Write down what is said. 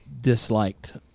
disliked